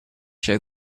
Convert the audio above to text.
show